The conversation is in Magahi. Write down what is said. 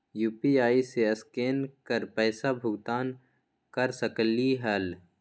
यू.पी.आई से स्केन कर पईसा भुगतान कर सकलीहल?